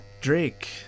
drake